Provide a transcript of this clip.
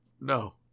No